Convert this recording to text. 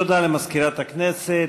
תודה למזכירת הכנסת.